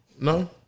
no